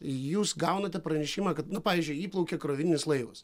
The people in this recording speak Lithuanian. jūs gaunate pranešimą kad pavyzdžiui įplaukė krovininis laivas